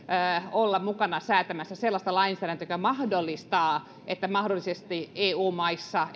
olla mukana säätämässä sellaista lainsäädäntöä joka mahdollistaa että mahdollisesti eu maissa